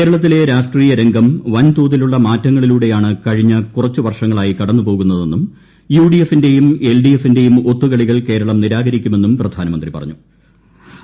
കേരളത്തിലെ രാഷ്ട്രീയ രംഗം വൻതോതിലുള്ളമാറ്റങ്ങളിലൂടെയാണ് കഴിഞ്ഞ കുറച്ച് വർഷങ്ങളായി കടന്നു പോകുന്നതെന്നും യുഡി എഫിന്റെയും എൽഡിഎഫിന്റെയും നിരാകരിക്കുമെന്നും പ്രധാനമന്ത്രി പറ്റുള്ളൂ